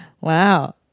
Wow